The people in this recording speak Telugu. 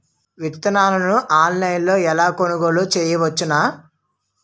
విత్తనాలను ఆన్లైన్లో ఎలా కొనుగోలు చేయవచ్చున?